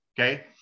Okay